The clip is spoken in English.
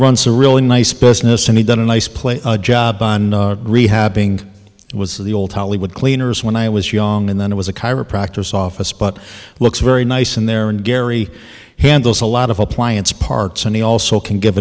runs a really nice business and he done a nice place job on rehabbing it was the old hollywood cleaners when i was young and then it was a chiropractors office but looks very nice in there and gary handles a lot of appliance parts and he also can give